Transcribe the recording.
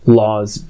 laws